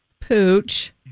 pooch